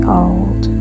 old